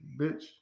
bitch